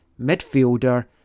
midfielder